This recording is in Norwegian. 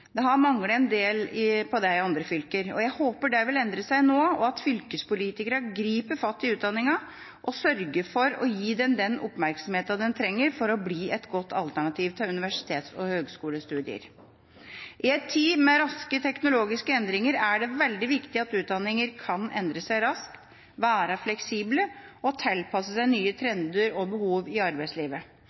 Det har manglet en del på det i andre fylker. Jeg håper det vil endre seg nå, og at fylkespolitikerne griper fatt i utdanningen og sørger for å gi den den oppmerksomheten den trenger for å bli et godt alternativ til universitets- og høyskolestudier. I en tid med raske teknologiske endringer er det veldig viktig at utdanninger kan endre seg raskt, være fleksible og tilpasse seg nye trender og behov i arbeidslivet.